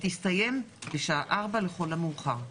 ותסתיים בשעה 16:00, לכל המאוחר.